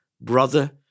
brother